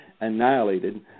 annihilated